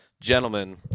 Gentlemen